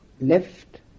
left